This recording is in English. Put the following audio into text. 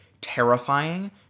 terrifying